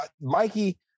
Mikey